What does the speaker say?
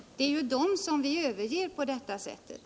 Det är ju dem som vi överger på detta sätt.